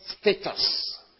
status